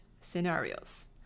scenarios